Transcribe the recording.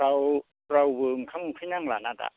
राव रावबो ओंखाम उखैनांला ना दा